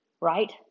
Right